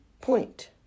point